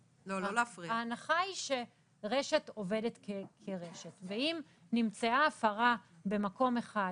ההנחה היא שרשת עובדת כרשת ואם נמצאה הפרה במקום אחד,